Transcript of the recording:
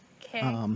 Okay